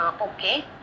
Okay